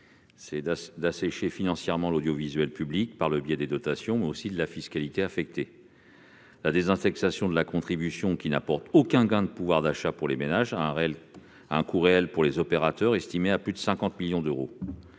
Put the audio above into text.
clair : assécher financièrement l'audiovisuel public par le biais des dotations, mais aussi de la fiscalité affectée. La désindexation de la contribution, qui n'apporte aucun gain de pouvoir d'achat pour les ménages, a un coût réel pour les opérateurs estimé à plus de 50 millions d'euros.